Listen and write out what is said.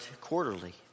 quarterly